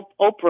Oprah